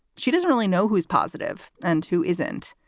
she doesn't really know who is positive and who isn't.